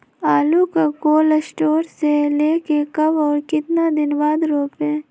आलु को cold store से ले के कब और कितना दिन बाद रोपे?